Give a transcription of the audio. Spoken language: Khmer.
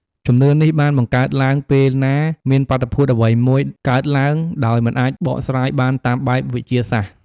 ជំនឿនេះបានបង្កើតឡើងពេលណាមានបាតុភូតអ្វីមួយកើតឡើងដោយមិនអាចបកស្រាយបានតាមបែបវិទ្យាសាស្ត្រ។